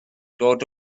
dod